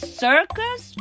circus